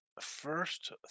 first